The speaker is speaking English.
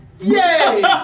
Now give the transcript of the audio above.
yay